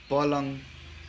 पलङ